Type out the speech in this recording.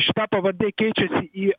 šita pavardė keičias į